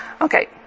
Okay